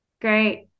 great